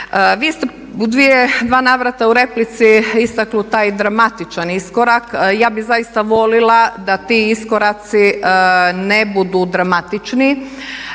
u dvije, u dva navrata u replici istakli taj dramatičan iskorak, ja bi zaista volila da ti iskoraci ne budu dramatični,